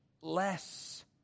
less